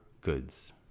goods